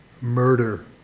murder